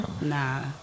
Nah